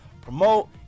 promote